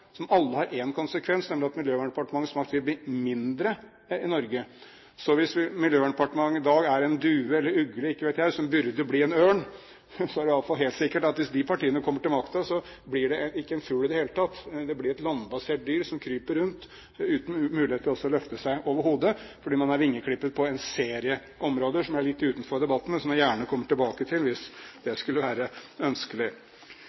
som alle har én konsekvens, nemlig at Miljøverndepartementets makt vil bli mindre i Norge. Så hvis Miljøverndepartementet i dag er en due, eller ugle – ikke vet jeg – som burde bli en ørn, er det iallfall helt sikkert at hvis de partiene kommer til makten, blir det ikke en fugl i det hele tatt; det blir et landbasert dyr som kryper rundt uten mulighet til å løfte seg overhodet, fordi man er vingeklippet på en serie områder, som er litt utenfor debatten, men som jeg gjerne kommer tilbake til hvis det skulle være ønskelig.